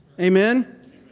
Amen